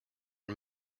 are